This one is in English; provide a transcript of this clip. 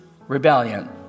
rebellion